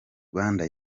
rwanda